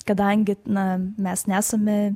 kadangi na mes nesame